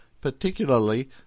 particularly